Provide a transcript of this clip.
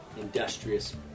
industrious